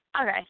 Okay